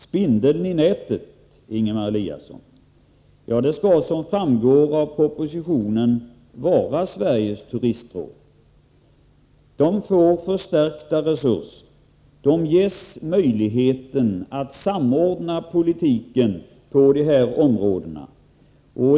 Spindeln i nätet, Ingemar Eliasson, skall, som framgår av propositionen, vara Sveriges Turistråd. Det får förstärkta resurser och ges möjlighet att samordna politiken på dessa områden.